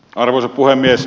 arvoisa puhemies